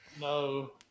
No